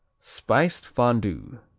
spiced fondue